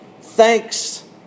thanks